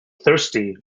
thirsty